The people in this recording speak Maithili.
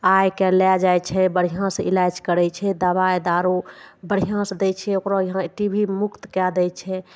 आइके लए जाइ छै बढ़िआँसँ इलाज करय छै दवाइ दारू बढ़िआँसँ दै छै ओकरो यहाँ टी बी मुक्त कए दै छै